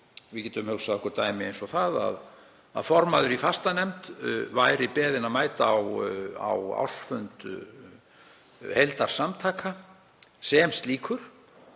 Við getum hugsað okkur dæmi eins og það að formaður í fastanefnd sé beðinn að mæta á ársfund heildarsamtaka sem slíkur.